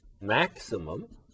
maximum